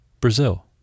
Brazil